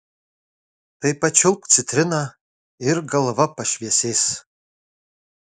tai pačiulpk citriną ir galva pašviesės